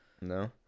No